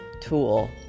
tool